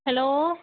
hello